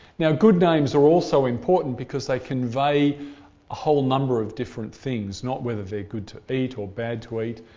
now good names are also important because they convey a whole number of different things, not whether they're good to eat or bad to eat,